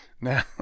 Now